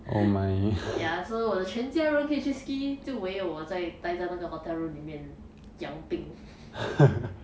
ya so 我的全家人可以去 ski 就唯我呆在那个 hotel room 里面养病